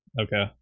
Okay